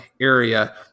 area